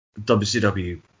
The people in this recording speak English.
WCW